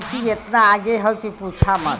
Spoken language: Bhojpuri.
तकनीकी एतना आगे हौ कि पूछा मत